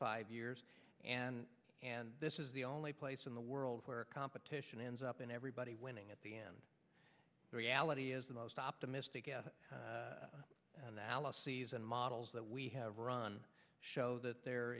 five years and and this is the only place in the world where competition ends up in everybody winning at the end the reality is the most optimistic analyses and models that we have run show that there